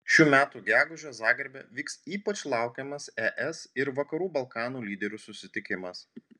šių metų gegužę zagrebe vyks ypač laukiamas es ir vakarų balkanų lyderių susitikimas